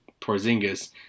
Porzingis